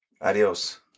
Adios